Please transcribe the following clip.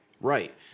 right